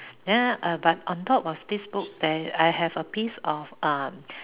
then uh but on top of this book there I have a piece of um